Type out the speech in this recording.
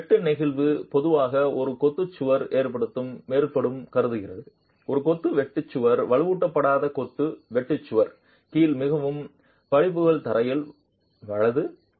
நாம் வெட்டு நெகிழ் பொதுவாக ஒரு கொத்து சுவர் ஏற்படும் கருதுகின்றனர் ஒரு கொத்து வெட்டு சுவர் வலுவூட்டப்படாத கொத்து வெட்டு சுவர் கீழ் மிகவும் படிப்புகள் தரையில் வலது